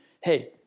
hey